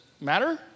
matter